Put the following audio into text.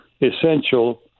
essential